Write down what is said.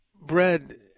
bread